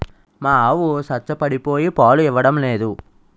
మా ఆవు సంచపడిపోయి పాలు ఇవ్వడం నేదు